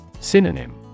Synonym